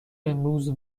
امروز